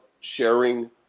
sharing